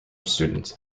student